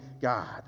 God